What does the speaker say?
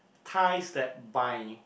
ties that bind